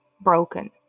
broken